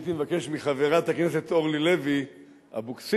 הייתי מבקש מחברת הכנסת אורלי לוי אבקסיס,